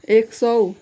एक सय